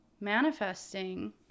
manifesting